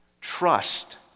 trust